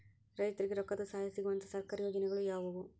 ರೈತರಿಗೆ ರೊಕ್ಕದ ಸಹಾಯ ಸಿಗುವಂತಹ ಸರ್ಕಾರಿ ಯೋಜನೆಗಳು ಯಾವುವು?